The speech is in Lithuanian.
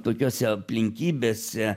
tokiose aplinkybėse